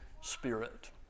spirit